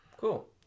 cool